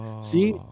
See